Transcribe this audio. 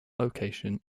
location